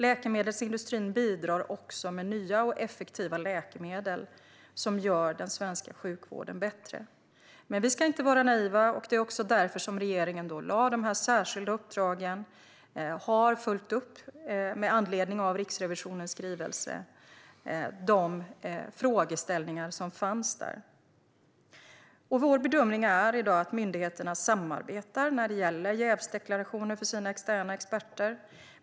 Läkemedelsindustrin bidrar också med nya och effektiva läkemedel som gör den svenska sjukvården bättre. Men vi ska inte vara naiva, och det är också därför som regeringen gav dessa särskilda uppdrag och med anledning av Riksrevisionens skrivelse har följt upp de frågeställningar som fanns. Vår bedömning i dag är att myndigheterna samarbetar när det gäller jävsdeklarationer för sina externa experter.